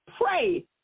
pray